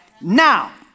Now